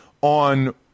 on